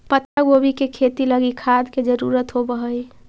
पत्तागोभी के खेती लागी खाद के जरूरत होब हई